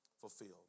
fulfilled